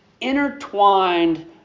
intertwined